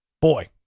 Boy